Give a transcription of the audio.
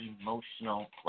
emotional